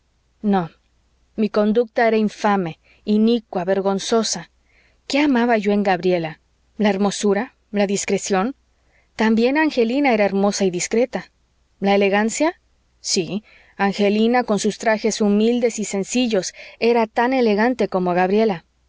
no mi conducta era infame inicua vergonzosa qué amaba yo en gabriela la hermosura la discreción también angelina era hermosa y discreta la elegancia sí angelina con sus trajes humildes y sencillos era tan elegante como gabriela